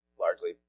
largely